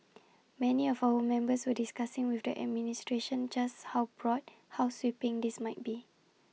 many of our members were discussing with the administration just how broad how sweeping this might be